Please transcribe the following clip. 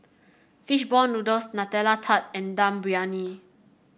fish ball noodles Nutella Tart and Dum Briyani